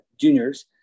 juniors